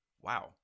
Wow